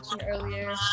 earlier